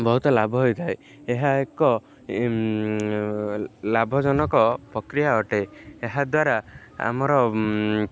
ବହୁତ ଲାଭ ହୋଇଥାଏ ଏହା ଏକ ଲାଭଜନକ ପ୍ରକ୍ରିୟା ଅଟେ ଏହାଦ୍ୱାରା ଆମର